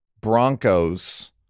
broncos